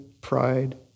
pride